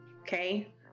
okay